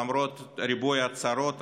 למרות ריבוי ההצהרות,